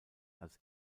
als